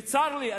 וצר לי,